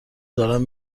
دارن